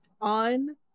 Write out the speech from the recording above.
on